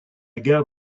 gare